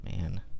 Man